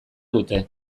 dute